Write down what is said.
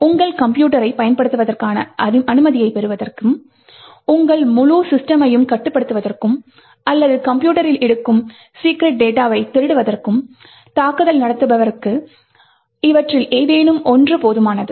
உங்கள் கம்ப்யூட்டரை பயன்படுத்துவதற்கான அனுமதியை பெறுவதற்கும் உங்கள் முழு சிஸ்டமை கட்டுப்படுத்துவதற்கும் அல்லது கம்ப்யூட்டரில் இருக்கும் சீக்ரட் டேடாவைத் திருடுவதற்கும் தாக்குதல் நடத்துபவருக்கு இவற்றில் ஏதேனும் ஒன்று போதுமானது